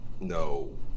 no